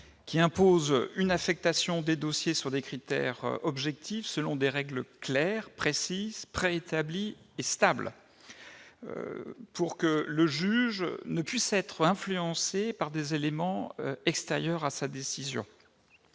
qui impose une affectation des dossiers selon des critères objectifs, des règles claires, précises, préétablies et stables, afin que le juge ne puisse être influencé par des éléments extérieurs.